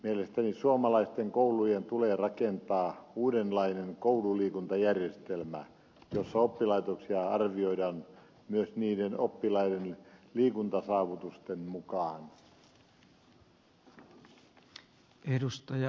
mielestäni suomalaisten koulujen tulee rakentaa uudenlainen koululiikuntajärjestelmä jossa oppilaitoksia arvioidaan myös niiden oppilaiden liikuntasaavutusten mukaan